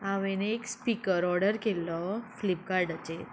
हांवेन एक speaker order केल्लो फ्लिपकार्टाचेर